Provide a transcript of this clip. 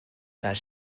that